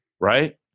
right